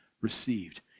received